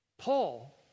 Paul